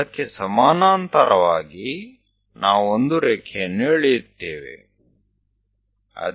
તેના સમાંતર આપણે એક લીટી દોરીશું